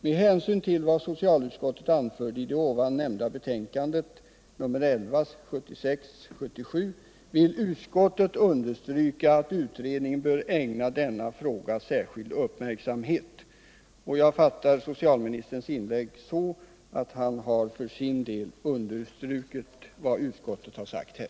Med hänsyn till vad socialutskottet anförde i det ovan nämnda betänkandet 1976/77:11 vill utskottet understryka att utredningen bör ägna denna fråga särskild uppmärksamhet.” Jag fattar socialministerns inlägg så, att han för sin del har understrukit vad utskottet har skrivit här.